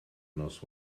nos